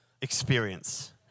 experience